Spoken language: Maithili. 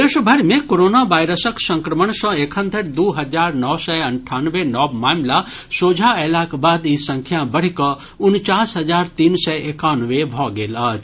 देश भरि मे कोरोना वायरसक संक्रमण सॅ एखनधरि दू हजार नओ सय अंठानवे नव मामिला सोझा अयलाक बाद ई संख्या बढ़ि कऽ उनचास हजार तीन सय एकानवे भऽ गेल अछि